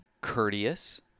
courteous